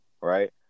right